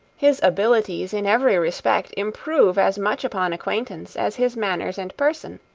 his abilities in every respect improve as much upon acquaintance as his manners and person.